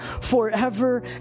forever